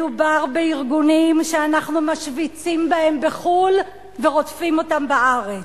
מדובר בארגונים שאנחנו משוויצים בהם בחוץ-לארץ ורודפים אותם בארץ.